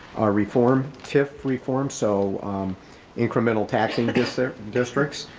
reform, tif reform, so incremental taxing against their districts,